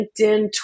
LinkedIn